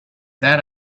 that